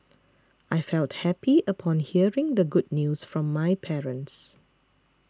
I felt happy upon hearing the good news from my parents